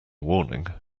warning